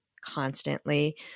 constantly